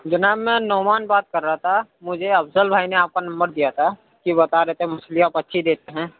جناب میں نعمان بات کر رہا تھا مجھے افضل بھائی نے آپ کا نمبر دیا تھا کہ بتا رہے تھے مچھلی آپ اچھی دیتے ہیں